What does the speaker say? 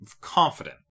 confident